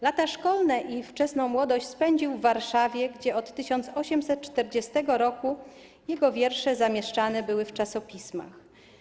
Lata szkolne i wczesną młodość spędził w Warszawie, gdzie od 1840 r. jego wiersze zamieszczane były w czasopismach.